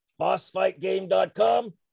bossfightgame.com